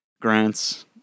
grants